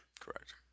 correct